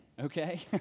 okay